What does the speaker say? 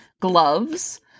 gloves